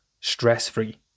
stress-free